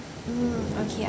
mm okay